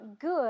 good